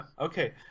okay